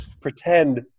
pretend